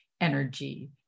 energy